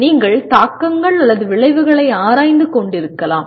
நீங்கள் தாக்கங்கள் அல்லது விளைவுகளை ஆராய்ந்து கொண்டிருக்கலாம்